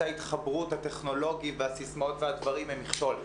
ההתחברות הטכנולוגית והסיסמאות והדברים הם מכשול.